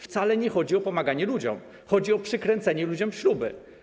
Wcale nie chodzi o pomaganie ludziom, chodzi o przykręcenie ludziom śruby.